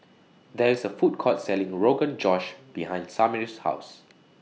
There IS A Food Court Selling Rogan Josh behind Samir's House